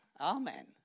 amen